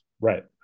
right